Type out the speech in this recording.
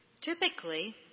Typically